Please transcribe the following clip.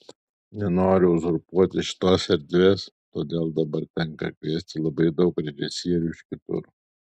nenoriu uzurpuoti šitos erdvės todėl dabar tenka kviesti labai daug režisierių iš kitur